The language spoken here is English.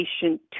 patient